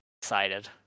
excited